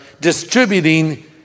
Distributing